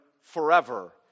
forever